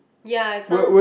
ya it sounds